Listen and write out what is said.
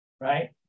right